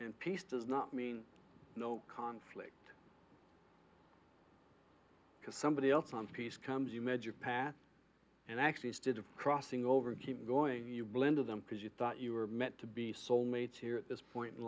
and peace does not mean no conflict because somebody else on peace comes you magic path and actually is did of crossing over and keep going you blend of them because you thought you were meant to be soulmates here at this point in